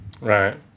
Right